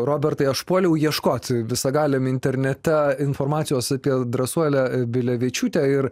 robertai aš puoliau ieškot visagaliam internete informacijos apie drąsuolę bilevičiūtę ir